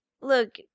look